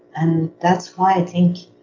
and that's why i think.